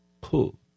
pull